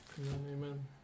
Amen